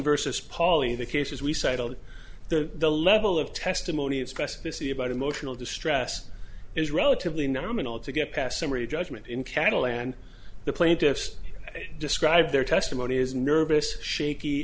versus poly the cases we settled the the level of testimony of specificity about emotional distress is relatively nominal to get past summary judgment in cattle and the plaintiffs described their testimony is nervous shaky